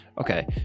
Okay